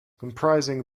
comprising